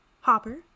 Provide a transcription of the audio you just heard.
hopper